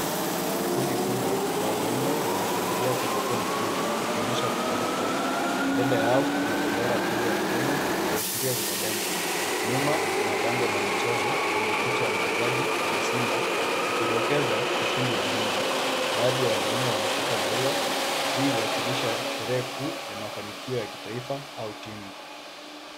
Kundi kubwa la wanaume wanashangilia kwa mikono juu wakionyesha furaha tele. Mbele yao kuna bendera kubwa ya Kenya ikiashiria uzalendo. Nyuma kuna bango la michezo lenye picha ya mchezaji na simba ikidokeza ushindi muhimu. Baadhi ya wanaume wameshika maua. Hii uwakilisha sherehe kuu ya mafanikio ya kitaifa au timu.